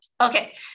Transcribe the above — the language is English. Okay